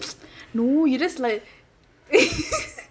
no you just like